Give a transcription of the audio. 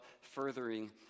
furthering